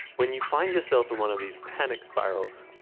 when you find yourself in one of these panic spirals,